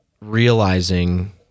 realizing